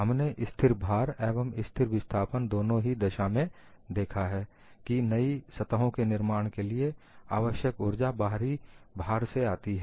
हमने स्थिर भार एवं स्थिर विस्थापन दोनों ही दशा में देखा है कि नई सतहों के निर्माण के लिए आवश्यक ऊर्जा बाहरी भार से आती है